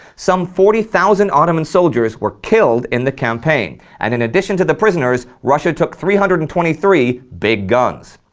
some forty thousand ottoman soldiers were killed in the campaign and in addition to the prisoners russia took three hundred and twenty three big guns.